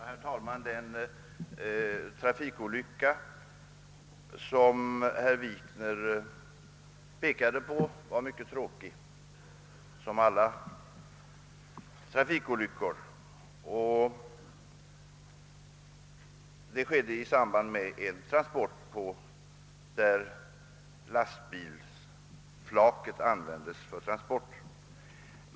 Herr talman! Den trafikolycka herr Wikner erinrade om var mycket tråkig, som alla trafikolyckor. Den inträffade i samband med en transport då lastbilsflaket användes för transport av värnpliktiga.